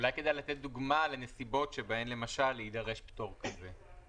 אולי כדאי לתת דוגמה לנסיבות שבהן למשל יידרש פטור כזה.